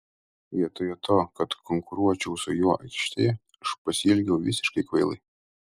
vietoje to kad konkuruočiau su juo aikštėje aš pasielgiau visiškai kvailai